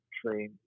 train